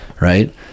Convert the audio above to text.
right